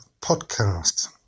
podcast